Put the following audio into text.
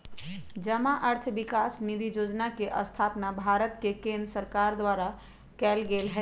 जमा अर्थ विकास निधि जोजना के स्थापना भारत के केंद्र सरकार द्वारा कएल गेल हइ